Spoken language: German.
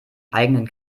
eigenen